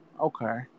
Okay